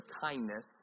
kindness